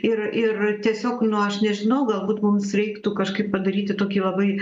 ir ir tiesiog nu aš nežinau galbūt mums reiktų kažkaip padaryti tokį labai